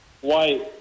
white